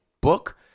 book